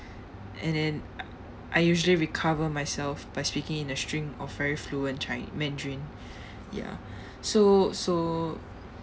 and then I I usually recover myself by speaking in a stream of very fluent chin~ mandarin ya so so